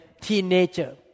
teenager